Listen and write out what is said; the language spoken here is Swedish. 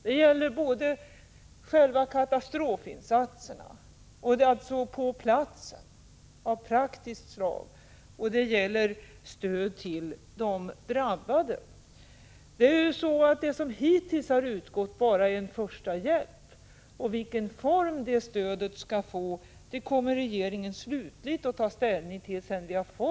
Det gäller både de praktiska katastrofinsatserna på platsen och stödet till de drabbade. Det som hittills har utgått är ju bara en första hjälp. Vilken form stödet skall få kommer regeringen slutligt att ta ställning till sedan vi har fått = Prot.